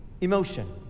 emotion